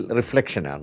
reflection